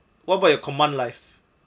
what about your command life